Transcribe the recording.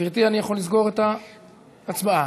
יכול לסגור את ההצבעה?